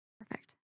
perfect